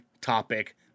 topic